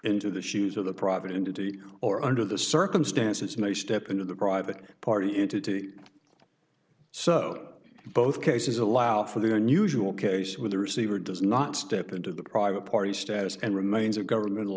into the shoes of the private entity or under the circumstances may step into the private party in to so both cases allow for the unusual case where the receiver does not step into the private party status and remains a governmental